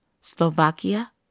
Slovakia